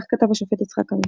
כך כתב השופט יצחק עמית